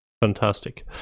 Fantastic